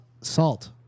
Salt